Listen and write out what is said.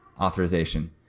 authorization